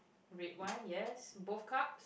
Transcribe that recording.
red wine yes both cups